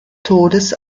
todes